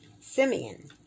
Simeon